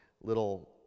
little